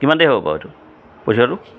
কিমান দেৰি হ'ব বাৰু এইটো পঠিওৱাটো